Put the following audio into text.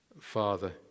Father